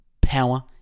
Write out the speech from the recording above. power